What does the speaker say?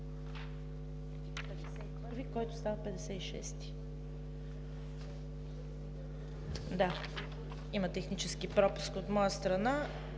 Има технически пропуск от моя страна